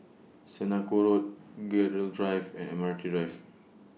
Senoko Road Gerald Drive and Admiralty Drive